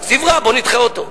התקציב רע, בוא נדחה אותו.